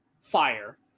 fire